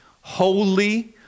holy